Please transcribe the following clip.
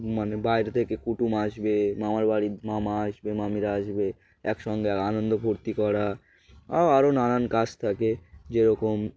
মানে বাইরে থেকে কুটুম আসবে মামার বাড়ির মামা আসবে মামিরা আসবে একসঙ্গে এক আনন্দ ফুর্তি করা আরও নানান কাজ থাকে যে রকম